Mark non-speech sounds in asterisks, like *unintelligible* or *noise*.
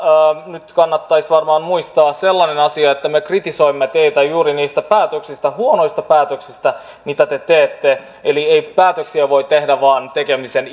nyt kannattaisi varmaan muistaa sellainen asia että me kritisoimme teitä juuri niistä päätöksistä huonoista päätöksistä joita te teette eli ei päätöksiä voi tehdä vain tekemisen *unintelligible*